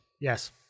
Yes